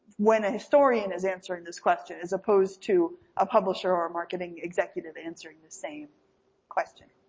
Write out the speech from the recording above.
when a historian is answering this question, as opposed to a publisher or a marketing executive answering the same question.